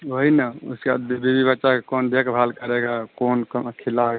वही ना उसके बाद बीवी बच्चा को कौन देखभाल करेगा कौन कहाँ खिला